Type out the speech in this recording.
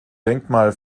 denkmal